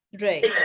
Right